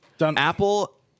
apple